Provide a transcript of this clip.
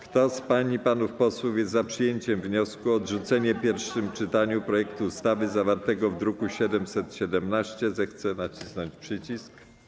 Kto z pań i panów posłów jest za przyjęciem wniosku o odrzucenie w pierwszym czytaniu projektu ustawy zawartego w druku nr 717, zechce nacisnąć przycisk.